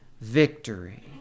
Victory